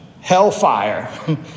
hellfire